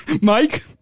Mike